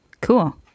Cool